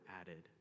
added